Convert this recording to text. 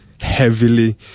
heavily